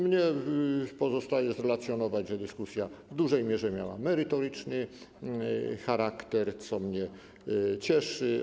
Mnie pozostaje zrelacjonować, że dyskusja w dużej mierze miała merytoryczny charakter, co mnie cieszy.